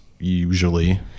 usually